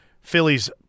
Phillies